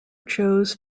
chose